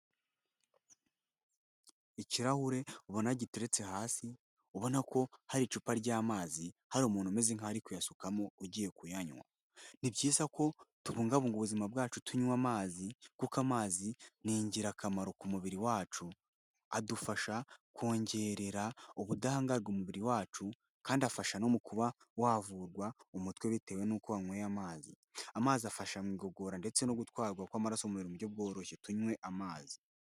Ikirahure ubona giteretse hasi, ubona ko hari icupa ry'amazi, hari umuntu umeze nk'aho ari kuyasukamo ugiye kuyanywa, ni byiza ko tubungabunga ubuzima bwacu tunywa amazi kuko amazi ni ingirakamaro ku mubiri wacu, adufasha kongerera ubudahangarwa umubiri wacu, kandi afasha no mu kuba wavurwa umutwe bitewe n'uko wanyweye amazi, amazi afasha mu igogora ndetse no gutwarwa kw'amaraso mu buryo bworoshye, tunywe amazi.